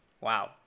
wow